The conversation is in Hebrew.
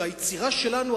והיצירה שלנו,